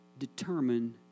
determine